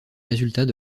résultats